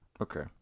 Okay